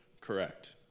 Correct